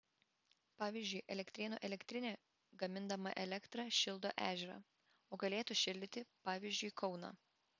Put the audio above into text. pavyzdžiui elektrėnų elektrinė gamindama elektrą šildo ežerą o galėtų šildyti pavyzdžiui kauną